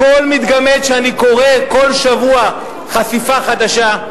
הכול מתגמד כשאני קורא כל שבוע חשיפה חדשה,